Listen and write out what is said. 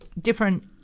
different